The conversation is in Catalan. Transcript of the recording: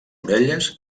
orelles